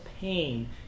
pain